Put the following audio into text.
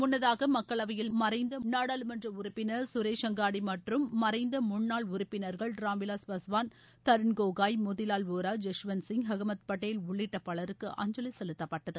முன்னதாக மக்களவையில் மறைந்த நாடாளுமன்ற உறுப்பினர் சுரேஷ் அங்காடி மற்றும் மறைந்த முன்னாள் உறுப்பினர்கள் ராம்விலாஸ் பாஸ்வான் தருண் ஷோகோய் மோதிலால் ஓரா ஜஸ்வன் சிங் அகமது படேல் உள்ளிட்ட பலருக்கு அஞ்சலி செலுத்தப்பட்டது